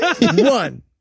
One